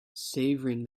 savouring